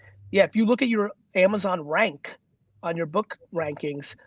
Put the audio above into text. yeah you look at your amazon rank on your book rankings,